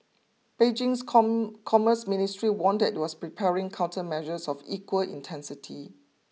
Beijing's come Commerce Ministry warned it was preparing countermeasures of equal intensity